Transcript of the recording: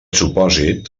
supòsit